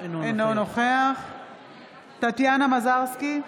אינו נוכח טטיאנה מזרסקי,